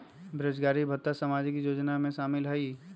बेरोजगारी भत्ता सामाजिक योजना में शामिल ह ई?